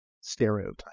stereotype